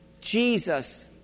...Jesus